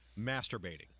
masturbating